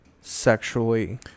sexually